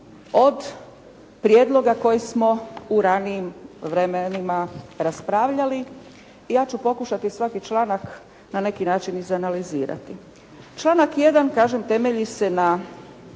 od prijedloga koji smo u ranijim vremenima raspravljali i ja ću pokušati svaki članak na neki način izanalizirati. Članak 1. kažem temelji se na